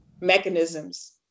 mechanisms